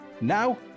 Now